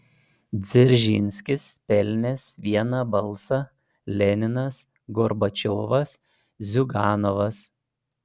dzeržinskis pelnęs vieną balsą leninas gorbačiovas ziuganovas